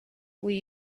will